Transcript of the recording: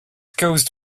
caused